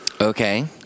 Okay